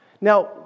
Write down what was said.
Now